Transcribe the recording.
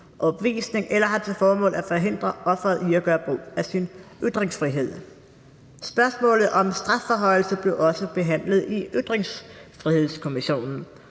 overbevisning eller har til formål at forhindre offeret i at gøre brug af sin ytringsfrihed. Spørgsmålet om strafforhøjelse blev også behandlet i Ytringsfrihedskommissionen,